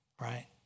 right